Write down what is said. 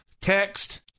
text